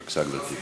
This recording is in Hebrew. בבקשה, גברתי.